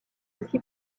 aussi